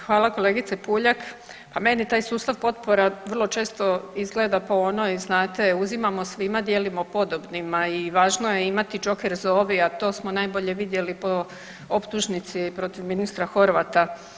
Hvala kolegice Puljak, pa meni taj sustav potpora vrlo često izgleda po onoj znate uzimamo svima dijelimo podobnima i važno je imati joker zovi, a to smo najbolje vidjeli po optužnici protiv ministra Horvata.